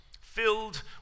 filled